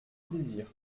plaisir